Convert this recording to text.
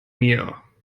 mir